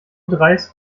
dreist